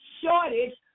shortage